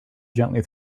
gently